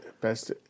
best